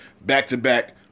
back-to-back